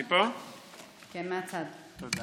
בבקשה.